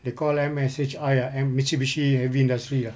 they call and message I ah M mitsubishi heavy industry ah